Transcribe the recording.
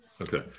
Okay